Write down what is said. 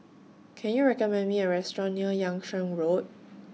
Can YOU recommend Me A Restaurant near Yung Sheng Road